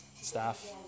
staff